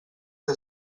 que